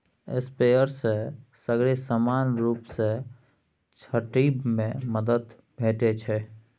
sprayer सँ सगरे समान रुप सँ छीटब मे मदद भेटै छै